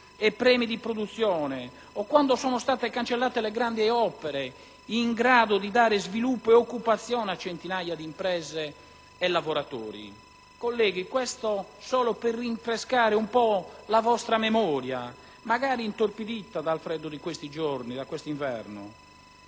e premi di produzione, o quando sono state cancellate le grandi opere in grado di assicurare sviluppo e occupazione a centinaia di imprese e lavoratori. Colleghi, questo solo per rinfrescare un po' la vostra memoria, magari intorpidita dal freddo invernale di questi giorni.